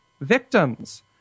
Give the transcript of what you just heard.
victims